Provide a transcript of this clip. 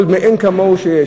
גדול מאין כמוהו שיש.